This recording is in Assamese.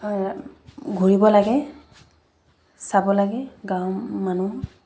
ঘূৰিব লাগে চাব লাগে গাঁৱৰ মানুহ